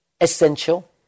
essential